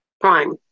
prime